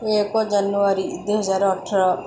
ଏକ ଜାନୁଆରୀ ଦୁଇହଜାର ଅଠର